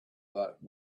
that